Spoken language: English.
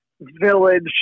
village